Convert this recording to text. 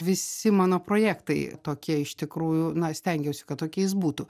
visi mano projektai tokie iš tikrųjų na stengiausi kad tokiais būtų